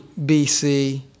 BC